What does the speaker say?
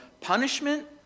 punishment